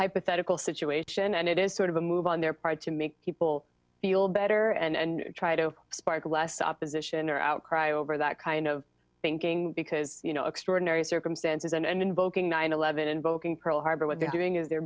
hypothetical situation and it is sort of a move on their part to make people feel better and try to spark less opposition or outcry over that kind of thinking because you know extraordinary circumstances and invoking nine eleven invoking pearl harbor what they're doing is they're